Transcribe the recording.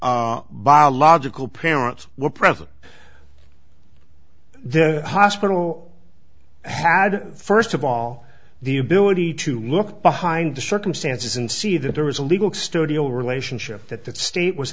the biological parents were present the hospital had first of all the ability to look behind the circumstances and see that there was a legal studio relationship that that state was